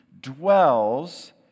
dwells